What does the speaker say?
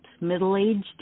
middle-aged